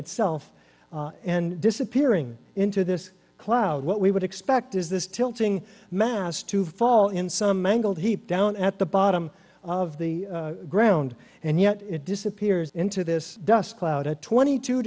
itself and disappearing into this cloud what we would expect is this tilting mass to fall in some mangled heap down at the bottom of the ground and yet it disappears into this dust cloud it twenty two